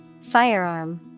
Firearm